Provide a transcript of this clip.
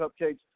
cupcakes